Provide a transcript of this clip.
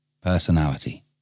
Personality